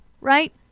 right